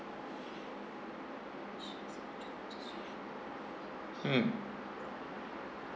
mm